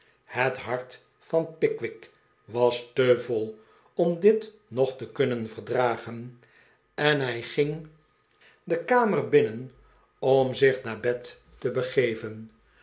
het hart van pickwick was te vol om dit nog te kunnen verdragen en hij ging de karxier binnen om zich naar bed te begeven